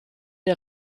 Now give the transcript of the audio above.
der